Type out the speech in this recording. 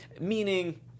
Meaning